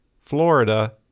Florida